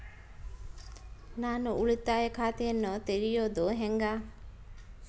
ನಾನು ಉಳಿತಾಯ ಖಾತೆಯನ್ನ ತೆರೆಯೋದು ಹೆಂಗ?